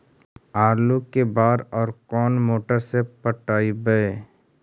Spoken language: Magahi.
आलू के बार और कोन मोटर से पटइबै?